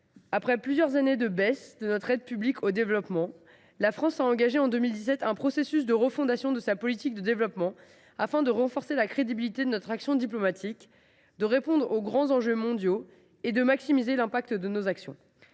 Après plusieurs années de baisse de notre aide publique au développement (APD), la France a engagé en 2017 un processus de refondation de sa politique de développement, afin de renforcer la crédibilité de notre action diplomatique, de répondre aux grands enjeux mondiaux et de maximiser l’impact de nos actions.